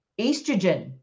estrogen